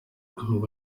ubwo